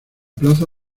plaza